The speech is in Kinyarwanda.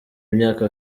imyaka